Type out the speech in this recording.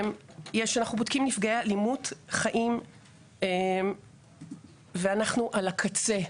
אנחנו בודקים נפגעי אלימות חיים ואנחנו על הקצה.